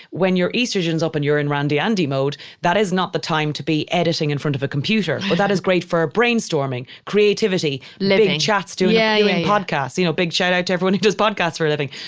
when you're estrogens up and you're in randy andy mode, that is not the time to be editing in front of a computer. but that is great for brainstorming, creativity living in chats doing yeah yeah a podcast. you know, big shout out to everyone who does podcasts for a living.